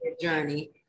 Journey